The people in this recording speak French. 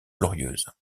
glorieuses